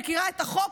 מכירה את החוק.